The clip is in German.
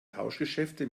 tauschgeschäfte